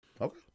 Okay